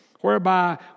whereby